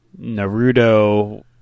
Naruto